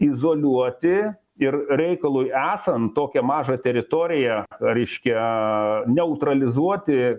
izoliuoti ir reikalui esant tokią mažą teritoriją reiškia neutralizuoti